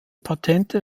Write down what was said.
patente